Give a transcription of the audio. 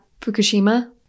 Fukushima